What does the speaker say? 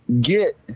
get